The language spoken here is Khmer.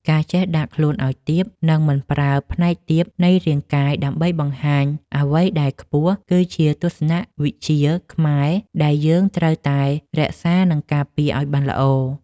ការចេះដាក់ខ្លួនឱ្យទាប និង មិនប្រើផ្នែកទាបនៃរាងកាយដើម្បីបង្ហាញអ្វីដែលខ្ពស់គឺជាទស្សនៈវិជ្ជាខ្មែរដែលយើងត្រូវតែរក្សានិងការពារឱ្យបានល្អ។